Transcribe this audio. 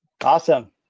awesome